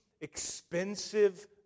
expensive